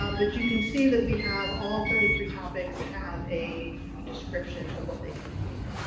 um but you can see that we have all thirty three topics have a description of what they can take.